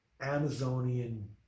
Amazonian